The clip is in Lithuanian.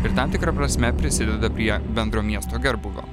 ir tam tikra prasme prisideda prie bendro miesto gerbūvio